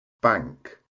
bank